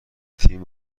تیم